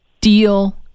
deal